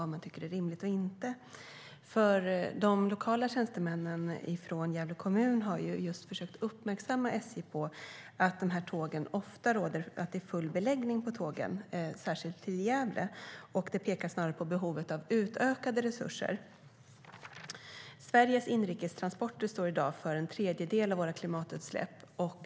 De lokala tjänstemännen från Gävle kommun har försökt uppmärksamma SJ på att det ofta är full beläggning på de här tågen, särskilt till Gävle. Det pekar snarare på behovet av utökade resurser. Sveriges inrikes transporter står i dag för en tredjedel av våra klimatutsläpp.